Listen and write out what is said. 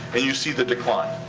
and you see the decline.